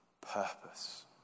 purpose